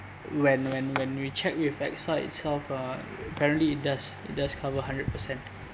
when when when we checked with AXA itself uh apparently it does it does cover hundred percent